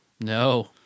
No